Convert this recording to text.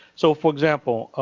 so for example,